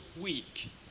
week